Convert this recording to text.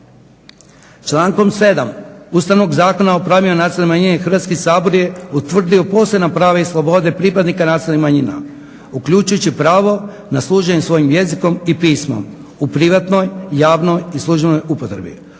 Člankom 7. Ustavnog zakona o pravima nacionalne manjine Hrvatski sabor je utvrdio posebna prava i slobode pripadnika nacionalnih manjina, uključujući pravo na služenje svojim jezikom i pismom u privatnoj, javnoj i službenoj upotrebi,